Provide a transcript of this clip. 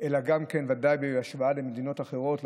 אלא גם בוודאי בהשוואה למדינות אחרות,